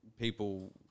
people –